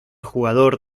jugador